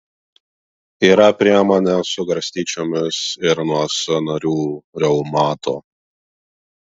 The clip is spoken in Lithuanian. yra priemonė su garstyčiomis ir nuo sąnarių reumato